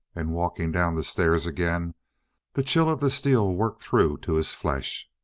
and walking down the stairs again the chill of the steel worked through to his flesh.